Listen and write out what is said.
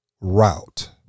route